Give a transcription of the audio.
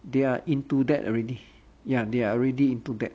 they are into that already ya they are already into that